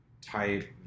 type